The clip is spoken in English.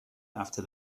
after